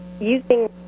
using